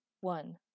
one